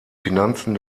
finanzen